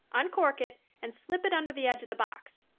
uncork it, and slip it under the edge of the box.